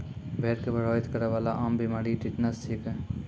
भेड़ क प्रभावित करै वाला आम बीमारी टिटनस छिकै